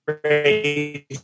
crazy